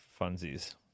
funsies